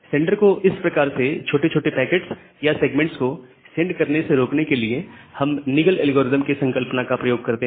sender को इस प्रकार से छोटे छोटे पैकेट या सेगमेंट्स को सेंड करने से रोकने के लिए हम निगल एल्गोरिदम Nagle's algorithm के संकल्पना का प्रयोग करते हैं